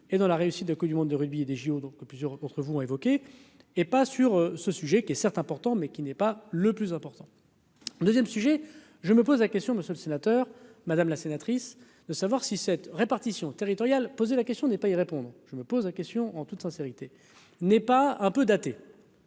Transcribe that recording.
et dans la réussite de Coupe du monde de rugby et des JO, donc plusieurs pour que vous évoquez est pas sur ce sujet qui est certes important, mais qui n'est pas le plus important. 2ème sujet : je me pose la question, Monsieur le Sénateur, madame la sénatrice de savoir si cette répartition territoriale posé la question n'est pas y répondre, je me pose la question en toute sincérité, n'est pas un peu daté.